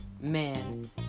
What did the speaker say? man